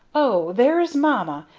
oh! there is mamma,